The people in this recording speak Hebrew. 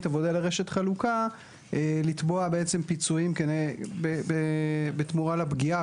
עבודה לרשת חלוקה לתבוע בעצם פיצויים בתמורה לפגיעה,